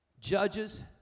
Judges